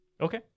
okay